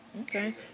Okay